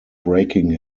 breaking